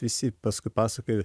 visi paskui pasakojo